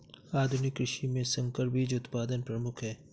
आधुनिक कृषि में संकर बीज उत्पादन प्रमुख है